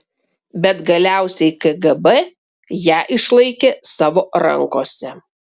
bet galiausiai kgb ją išlaikė savo rankose